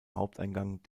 haupteingang